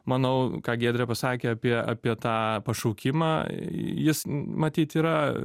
manau ką giedrė pasakė apie apie tą pašaukimą jis matyt yra